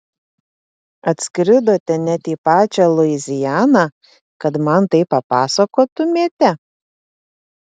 atskridote net į pačią luizianą kad man tai papasakotumėte